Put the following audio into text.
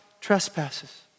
trespasses